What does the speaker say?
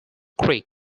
creek